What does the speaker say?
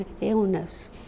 illness